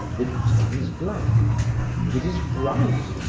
it turns black if it is bright,